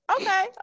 Okay